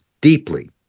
deeply